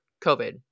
COVID